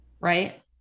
Right